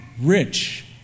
rich